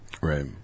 right